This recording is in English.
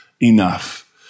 enough